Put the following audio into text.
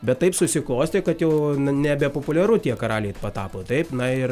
bet taip susiklostė kad jau na nebepopuliaru tie karaliai patapo taip na ir